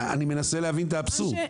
אני מנסה להבין את האבסורד.